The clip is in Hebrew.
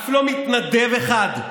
אף לא מתנדב אחד,